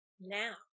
now